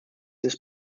his